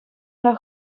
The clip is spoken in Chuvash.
ара